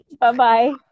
Bye-bye